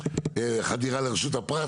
חדירה לרשות הפרט.